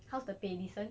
how's the pay decent